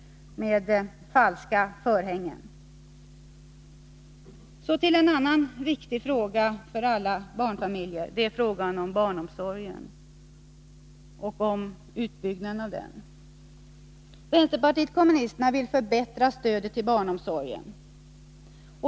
Så till en annan viktig fråga för alla barnfamiljer — frågan om barnomsorgen och utbyggnaden av den. Vänsterpartiet kommunisterna vill förbättra stödet till barnomsorgen.